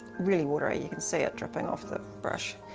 really watery you can see it dripping off the brush.